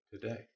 today